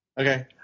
Okay